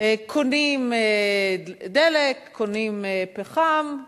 קונים דלק, קונים פחם,